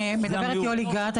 מדברת יולי גת,